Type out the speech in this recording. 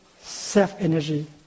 self-energy